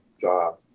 job